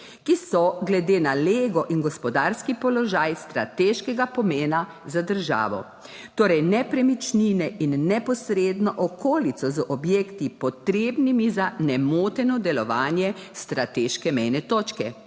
ki so glede na lego in gospodarski položaj strateškega pomena za državo. Torej nepremičnine in neposredno okolico z objekti, potrebnimi za nemoteno delovanje strateške mejne točke.